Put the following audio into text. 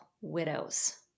widows